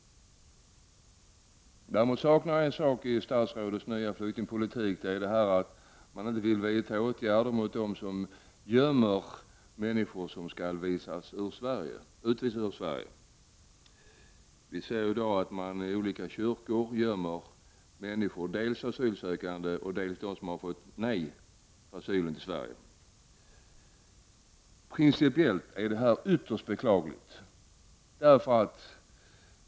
Däremot saknar jag en sak i statsrådets nya flyktingpolitik och det är att man inte vidtar åtgärder mot dem som gömmer människor som skall utvisas ur Sverige. Vi ser i dag att man i kyrkor gömmer dels asylsökande, dels personer som har fått avslag på sin asylansökan. Principiellt är det ytterst beklagligt.